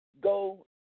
go